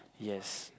yes